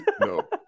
No